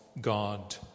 God